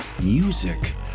music